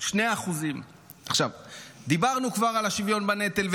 2%. דיברנו כבר על השוויון בנטל,